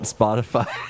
Spotify